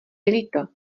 líto